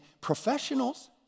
professionals